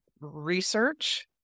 research